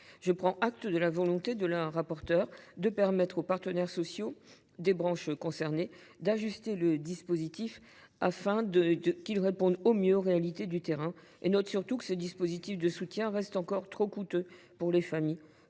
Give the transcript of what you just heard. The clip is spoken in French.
Je prends acte de la volonté de la rapporteure de permettre aux partenaires sociaux des branches concernées d’ajuster les dispositifs de soutien, afin qu’ils répondent au mieux aux réalités du terrain. Je note surtout qu’ils restent encore trop coûteux pour les familles.